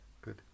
good